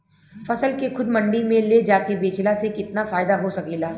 फसल के खुद मंडी में ले जाके बेचला से कितना फायदा हो सकेला?